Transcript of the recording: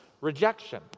rejection